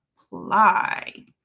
apply